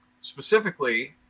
Specifically